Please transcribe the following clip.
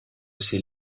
ces